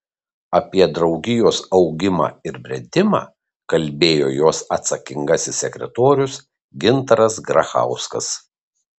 apie draugijos augimą ir brendimą kalbėjo jos atsakingasis sekretorius gintaras grachauskas